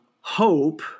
hope